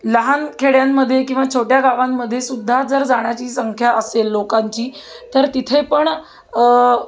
लहान खेड्यांमध्ये किंवा छोट्या गावांमध्ये सुद्धा जर जाण्याची संख्या असेल लोकांची तर तिथे पण